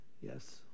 Yes